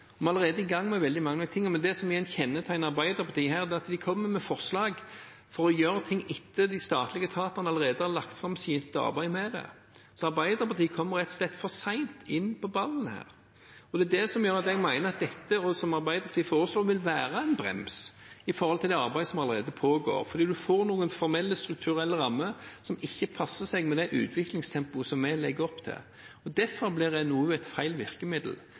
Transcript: Vi er allerede i gang med veldig mange ting. Det som igjen kjennetegner Arbeiderpartiet her, er at de kommer med forslag om å gjøre ting etter at de statlige etatene allerede har lagt fram sitt arbeid med det. Arbeiderpartiet kommer rett og slett for sent på ballen her. Det er det som gjør at jeg mener at det som Arbeiderpartiet foreslår, vil være en brems i det arbeidet som allerede pågår, fordi en får noen formelle, strukturelle rammer som ikke passer til det utviklingstempoet som vi legger opp til. Derfor blir en NOU et feil virkemiddel.